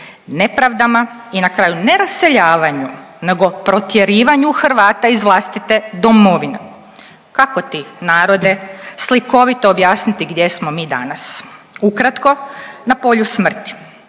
nepravdama i na kraju ne raseljavanju, nego protjerivanju Hrvata iz vlastite Domovine. Kako ti narode slikovito objasniti gdje smo mi danas? Ukratko na polju smrti.